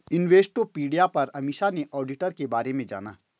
Investopedia पर अमीषा ने auditor के बारे में जाना